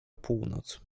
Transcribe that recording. północ